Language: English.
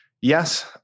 yes